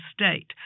state